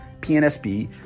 PNSB